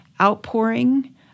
outpouring